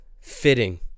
fitting